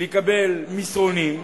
לקבל מסרונים,